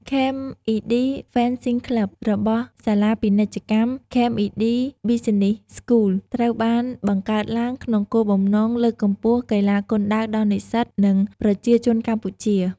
ខេមអុីឌី ហ្វេនសុីង ក្លឺប របស់សាលាពាណិជ្ជកម្ម ខេមអុីឌី ប៑ីសុីនីស៍ ស្កូល ត្រូវបានបង្កើតឡើងក្នុងគោលបំណងលើកកម្ពស់កីឡាគុនដាវដល់និស្សិត និងប្រជាជនកម្ពុជា។